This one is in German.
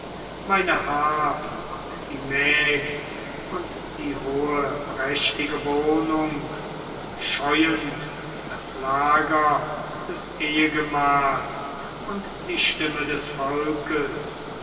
meine hab und die mägd und die hohe prächtige wohnung scheuend das lager des ehegemahls und die stimme des volkes